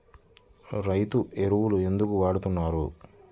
రైతు ఎరువులు ఎందుకు వాడుతున్నారు?